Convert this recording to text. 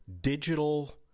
digital